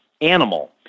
animal